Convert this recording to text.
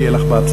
שיהיה לך בהצלחה.